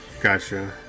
Gotcha